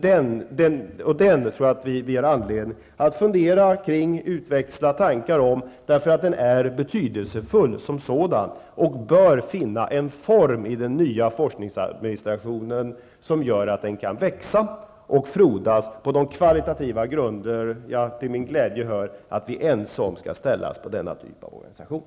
Det blir anledning att fundera kring detta och utväxla tankar om det. Det är en betydelsefull uppgift och bör finna en form i den nya forskningsadministrationen som gör att den kan växa och frodas på de kvalitativa grunder jag till min glädje hör att vi är ense om skall ställas på denna typ av organisation.